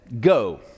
go